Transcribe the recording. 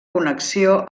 connexió